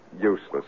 Useless